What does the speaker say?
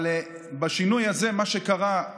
אבל בשינוי הזה, מה שקרה הוא